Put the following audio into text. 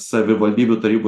savivaldybių tarybų